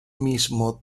mismo